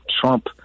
Trump